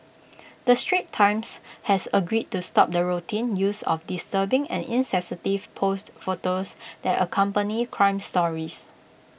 the straits times has agreed to stop the routine use of disturbing and insensitive posed photos that accompany crime stories